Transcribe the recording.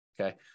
okay